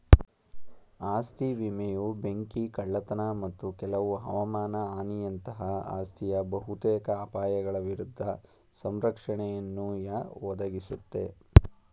ಆಸ್ತಿ ವಿಮೆಯು ಬೆಂಕಿ ಕಳ್ಳತನ ಮತ್ತು ಕೆಲವು ಹವಮಾನ ಹಾನಿಯಂತಹ ಆಸ್ತಿಯ ಬಹುತೇಕ ಅಪಾಯಗಳ ವಿರುದ್ಧ ಸಂರಕ್ಷಣೆಯನ್ನುಯ ಒದಗಿಸುತ್ತೆ